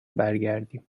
برگردیم